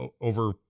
over